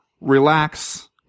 Relax